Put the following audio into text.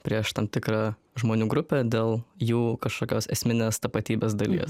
prieš tam tikrą žmonių grupę dėl jų kažkokios esminės tapatybės dalies